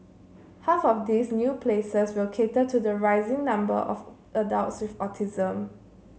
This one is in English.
half of these new places will cater to the rising number of adults with autism